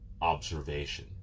observation